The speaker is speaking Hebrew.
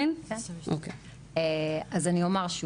אז אני אומר שוב,